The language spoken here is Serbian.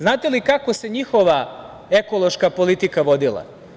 Znate li kako se njihova ekološka politika vodila?